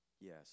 Yes